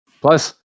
Plus